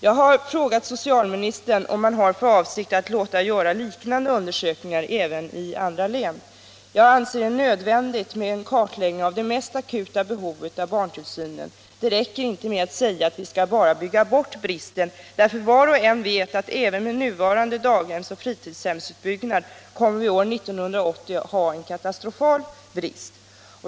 Jag har frågat socialministern om han har för avsikt att låta göra liknande undersökningar även i andra län. Jag anser det nödvändigt med en kartläggning av det mest akuta behovet av barntillsyn. Det räcker inte att bara säga att vi skall bygga bort bristen. Var och en vet att vi även med nuvarande daghemsoch fritidshemsutbyggnad år 1980 kommer att ha en katastrofal brist.